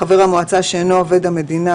המועצה שאינו עובד המדינה,